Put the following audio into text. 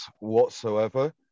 whatsoever